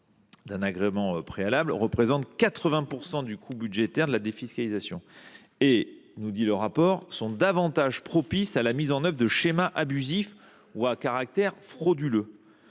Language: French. d’agrément préalable, représentent 80 % du coût de la défiscalisation, alors même qu’elles sont davantage propices à la mise en œuvre de schémas abusifs ou à caractère frauduleux.